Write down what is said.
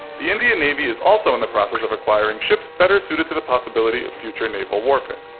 the indian navy is also in the process of acquiring ships better suited to the possibility of future naval warfare.